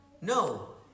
No